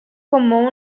como